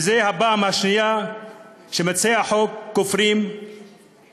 זאת הפעם השנייה שמציעי החוק כופרים ומצטרפים